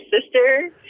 sister